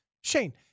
Shane